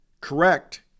correct